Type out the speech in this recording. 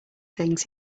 things